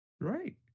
right